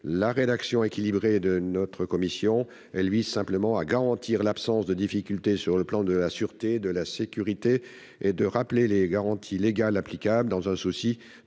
la rédaction équilibrée de notre commission. Celle-ci vise simplement à garantir l'absence de difficultés sur le plan de la sûreté et de la sécurité et à rappeler les garanties légales applicables, dans un souci